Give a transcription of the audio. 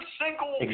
single